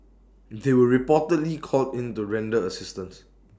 they were reportedly called in to render assistance